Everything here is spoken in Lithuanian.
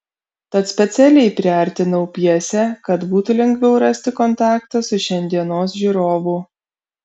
tad specialiai priartinau pjesę kad būtų lengviau rasti kontaktą su šiandienos žiūrovu